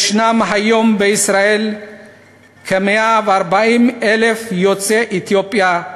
יש היום בישראל כ-140,000 יוצאי אתיופיה,